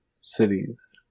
cities